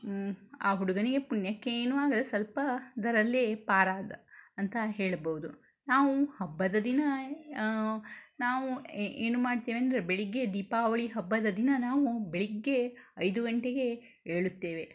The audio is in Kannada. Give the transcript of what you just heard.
ಆ ಹುಡುಗನಿಗೆ ಪುಣ್ಯಕ್ಕೆ ಏನೂ ಆಗಲ್ಲ ಸ್ವಲ್ಪದರಲ್ಲೆ ಪಾರಾದ ಅಂತ ಹೇಳ್ಬೋದು ನಾವು ಹಬ್ಬದ ದಿನ ನಾವು ಏ ಏನು ಮಾಡ್ತೇವೆ ಅಂದರೆ ಬೆಳಿಗ್ಗೆ ದೀಪಾವಳಿ ಹಬ್ಬದ ದಿನ ನಾವು ಬೆಳಿಗ್ಗೆ ಐದು ಗಂಟೆಗೆ ಏಳುತ್ತೇವೆ